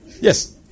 Yes